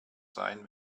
sein